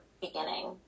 beginning